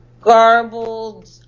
garbled